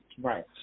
Right